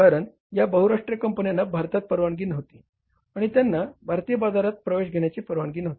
कारण या बहुराष्ट्रीय कंपन्यांना भारतात परवानगी नव्हती आणि त्यांना भारतीय बाजारात प्रवेश घेण्याची परवानगी नव्हती